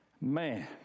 man